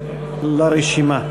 לרשימה.